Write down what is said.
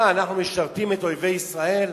מה, אנחנו משרתים את אויבי ישראל?